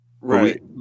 right